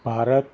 Bharat